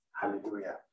Hallelujah